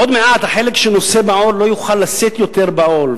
עוד מעט החלק שנושא בעול לא יוכל לשאת יותר בעול,